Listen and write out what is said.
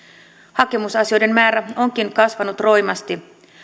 hakemusasioiden määrä onkin kasvanut roimasti